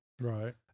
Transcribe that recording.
Right